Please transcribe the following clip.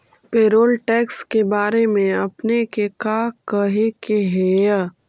Payroll tax के बारे में आपने के का कहे के हेअ?